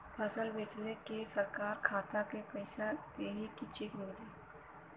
फसल बेंचले पर सरकार खाता में पैसा देही की चेक मिली?